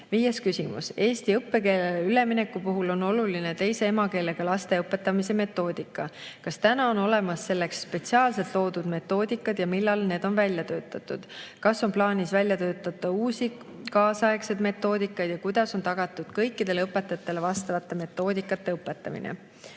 Viies küsimus: "Eesti õppekeelele ülemineku puhul on oluline teise emakeelega laste õpetamise metoodika. Kas täna on olemas selleks spetsiaalselt loodud metoodikad ja millal need on välja töötatud? Kas on plaanis välja töötada uusi kaasaegseid metoodikaid ja kuidas on tagatud kõikidele õpetajatele vastavate metoodikate õpetamine?"